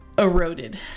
eroded